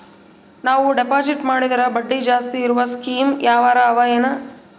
ನಾವು ಡೆಪಾಜಿಟ್ ಮಾಡಿದರ ಬಡ್ಡಿ ಜಾಸ್ತಿ ಇರವು ಸ್ಕೀಮ ಯಾವಾರ ಅವ ಏನ?